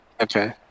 Okay